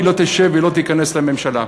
היא לא תיכנס ולא תשב בממשלה.